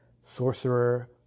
sorcerer